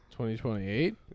2028